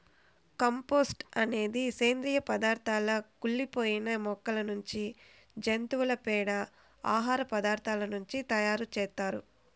compost అనేది సేంద్రీయ పదార్థాల కుళ్ళి పోయిన మొక్కల నుంచి, జంతువుల పేడ, ఆహార పదార్థాల నుంచి తయారు చేత్తారు